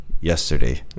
yesterday